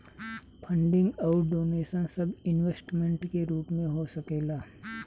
funding अउर donation सब investment के रूप में हो सकेला